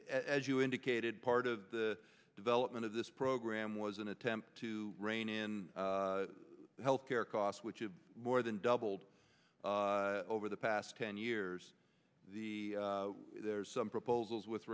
as you indicated part of the development of this program was an attempt to rein in health care costs which is more than doubled over the past ten years there's some proposals with